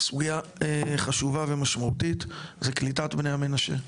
סוגייה חשובה ומשמעותית , זה קליטת בני המנשה.